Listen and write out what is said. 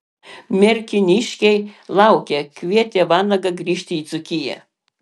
merkiniškiai laukia kvietė vanagą grįžti į dzūkiją